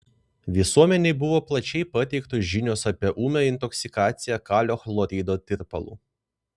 visuomenei buvo plačiai pateiktos žinios apie ūmią intoksikaciją kalio chlorido tirpalu